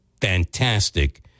fantastic